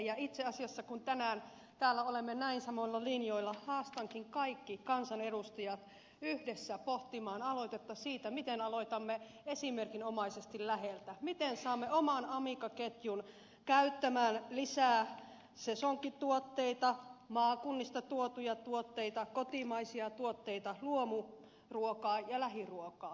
ja itse asiassa kun tänään täällä olemme näin samoilla linjoilla haastankin kaikki kansanedustajat yhdessä pohtimaan aloitetta siitä miten aloitamme esimerkinomaisesti läheltä miten saamme oman amica ketjun käyttämään enemmän sesonkituotteita maakunnista tuotuja tuotteita kotimaisia tuotteita luomuruokaa ja lähiruokaa